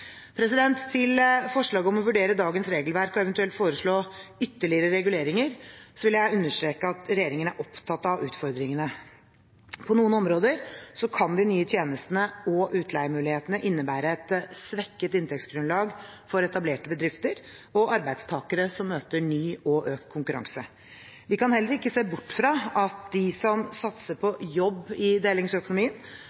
Til forslaget om å vurdere dagens regelverk og eventuelt foreslå ytterligere reguleringer vil jeg understreke at regjeringen er opptatt av utfordringene. På noen områder kan de nye tjenestene og utleiemulighetene innebære et svekket inntektsgrunnlag for etablerte bedrifter og arbeidstakere som møter ny og økt konkurranse. Vi kan heller ikke se bort fra at de som satser på